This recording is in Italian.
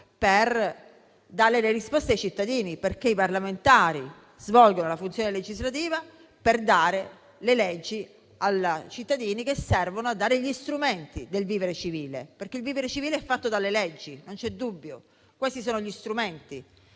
per dare le risposte ai cittadini. I parlamentari, infatti, svolgono la funzione legislativa per dare le leggi ai cittadini che forniscono gli strumenti del vivere civile, perché il vivere civile è fatto dalle leggi, non c'è dubbio. Questi sono gli strumenti,